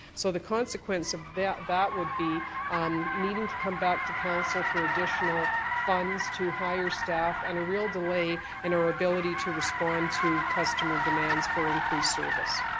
so the consequence of that that would be um needing to come back to council for additional funds to hire staff and a real delay in our ability to respond to customer demands for increased service.